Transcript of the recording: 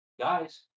guys